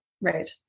Right